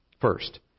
First